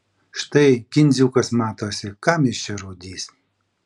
štai kindziukas matosi kam jis čia rūdys